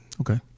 Okay